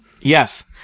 yes